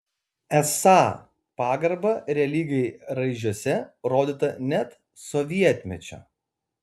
esą pagarba religijai raižiuose rodyta net sovietmečiu